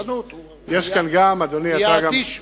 יש כאן גם, אדוני, זה פחזנות.